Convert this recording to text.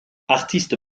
artiste